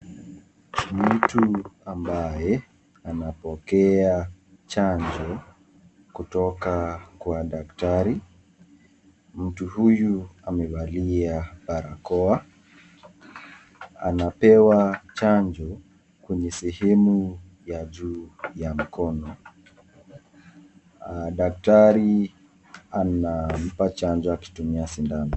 Mtu ambaye anapokea chanjo kutoka kwa daktari, mtu huyu amevalia barakoa anapewa chanjo kwenye sehemu ya juu ya mkono. Daktari anampa chanjo akitumia sindano.